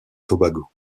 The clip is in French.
tobago